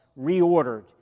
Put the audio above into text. reordered